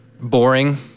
boring